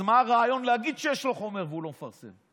אז מה הרעיון להגיד שיש לו חומר והוא לא מפרסם?